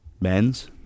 men's